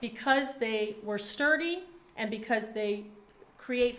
because they were sturdy and because they create